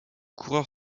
coureur